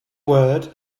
word